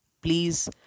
please